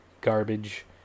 garbage